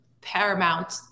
paramount